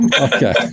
Okay